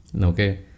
Okay